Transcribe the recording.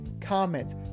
comments